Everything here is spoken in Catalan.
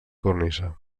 cornisa